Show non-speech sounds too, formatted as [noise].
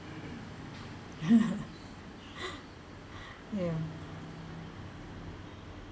[laughs] ya